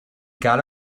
got